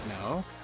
No